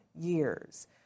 years